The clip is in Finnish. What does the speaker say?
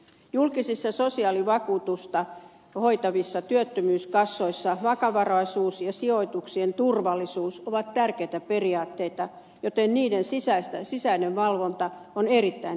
julkisissa sosiaalivakuutusta hoitavissa työttömyyskassoissa vakavaraisuus ja sijoitusten turvallisuus ovat tärkeitä periaatteita joten niiden sisäinen valvonta on erittäin tärkeää